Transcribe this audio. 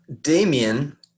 Damien